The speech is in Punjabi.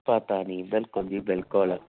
ਪਤਾ ਨਹੀਂ ਬਿਲਕੁਲ ਜੀ ਬਿਲਕੁਲ